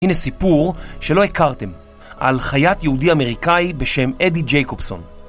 הנה סיפור, שלא הכרתם, על חייט יהודי-אמריקאי בשם אדי ג'ייקובסון.